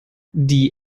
die